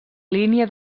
línia